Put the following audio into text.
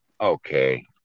Okay